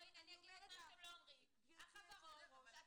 בואי אני אגיד מה שאתם לא אומרים החברות- -- אתה